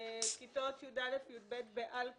תלמידי כיתות י"א-י"ב בעל כורחם,